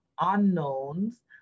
unknowns